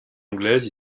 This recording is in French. anglaise